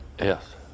Yes